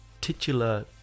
titular